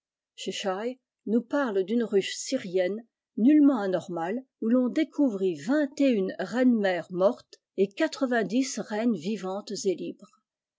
cheshire nous parle d'une ruche syrienne nullement anormale oii l'on découvrit vingt et une reines mortes et quatre-vingt-dix reines vivantes et libres